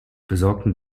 besorgten